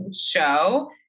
show